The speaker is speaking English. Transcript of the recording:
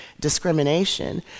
discrimination